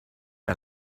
que